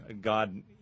God